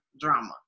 drama